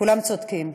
כולם צודקים.